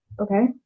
Okay